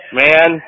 man